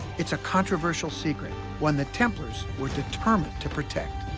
it's a controversial secret, one the templars were determined to protect.